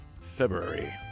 February